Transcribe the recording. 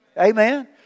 Amen